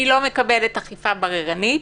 אני לא מקבלת אכיפה בררנית,